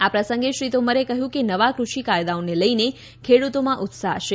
આ પ્રસંગે શ્રી તોમરે કહ્યું કે નવા કૃષિ કાયદાઓને લઈને ખેડૂતોમાં ઉત્સાહ છે